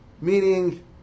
meaning